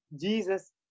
Jesus